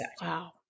Wow